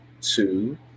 two